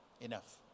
Enough